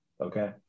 Okay